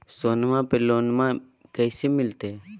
सोनमा पे लोनमा कैसे मिलते?